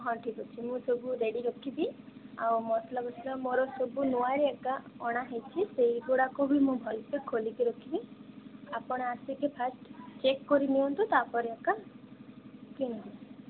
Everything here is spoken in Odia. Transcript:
ହଁ ଠିକ ଅଛି ମୁଁ ସବୁ ରେଡି ରଖିବି ଆଉ ମସଲା ମସଲା ମୋର ସବୁ ନୂଆରେ ଏକା ଅଣା ହୋଇଛି ସେଇଗୁଡ଼ିକ ବି ମୁଁ ଭଲସେ ଖୋଲିକି ରଖିବି ଆପଣ ଆସିକି ଫାଷ୍ଟ ଚେକ୍ କରିନିଅନ୍ତୁ ତାପରେ ଏକା କିଣିବେ